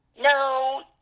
no